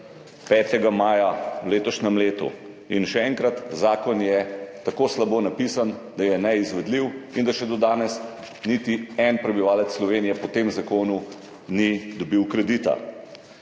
5. maja v letošnjem letu. Še enkrat, zakon je tako slabo napisan, da je neizvedljiv in da še do danes niti en prebivalec Slovenije po tem zakonu ni dobil kredita.